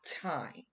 time